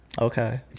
Okay